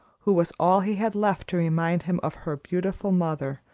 who was all he had left to remind him of her beautiful mother,